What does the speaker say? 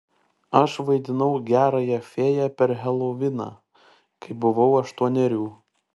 aš vaidinau gerąją fėją per heloviną kai buvau aštuonerių